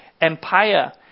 empire